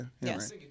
yes